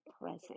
present